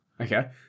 Okay